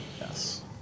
Yes